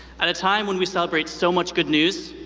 at a time when we celebrate so much good news,